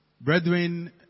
Brethren